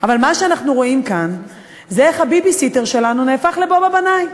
אבל מה שאנחנו רואים כאן זה איך הביביסיטר שלנו נהפך לבוב הבנאי.